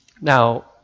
Now